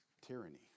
tyranny